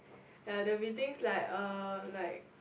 ya there'll be things like uh like